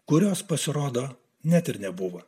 kurios pasirodo net ir nebuvo